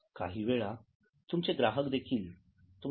काहीवेळा तुमचे ग्राहक देखील तुमच्या